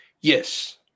Yes